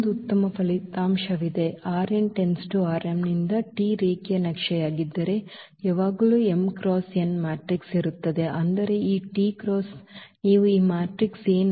ಇನ್ನೊಂದು ಉತ್ತಮ ಫಲಿತಾಂಶವಿದೆ ಈ ನಿಂದ T ರೇಖೀಯ ನಕ್ಷೆಯಾಗಿದ್ದರೆ ಯಾವಾಗಲೂ m cross n ಮ್ಯಾಟ್ರಿಕ್ಸ್ ಇರುತ್ತದೆ ಅಂದರೆ ಈ T x ನೀವು ಈ ಮ್ಯಾಟ್ರಿಕ್ಸ್ A